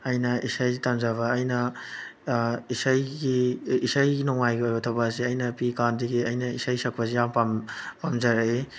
ꯑꯩꯅ ꯏꯁꯩ ꯇꯝꯖꯕ ꯑꯩꯅ ꯏꯁꯩꯒꯤ ꯏꯁꯩꯒꯤ ꯅꯣꯡꯃꯥꯏꯒꯤ ꯑꯣꯏꯕ ꯊꯕꯛ ꯑꯁꯦ ꯑꯩꯅ ꯄꯤꯛꯏꯀꯥꯟꯗꯒꯤ ꯑꯩꯅ ꯏꯁꯩ ꯁꯛꯄꯁꯦ ꯌꯥꯝ ꯄꯥꯝꯖꯔꯛꯏ